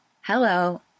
hello